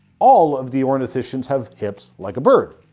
all of the ornithischians have hips like a bird.